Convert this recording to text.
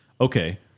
okay